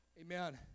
Amen